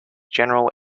general